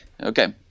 Okay